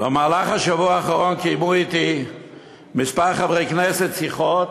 האחרון קיימו אתי כמה חברי כנסת שיחות,